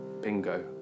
bingo